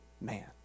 man